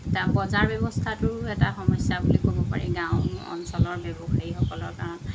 এটা বজাৰ ব্যৱস্থাও এটা সমস্যা বুলি ক'ব পাৰি গাঁও অঞ্চলৰ ব্যৱসায়ীসকলৰ কাৰণে